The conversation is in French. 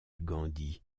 gandhi